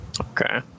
okay